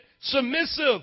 Submissive